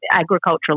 agricultural